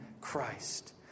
Christ